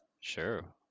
Sure